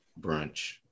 Brunch